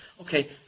Okay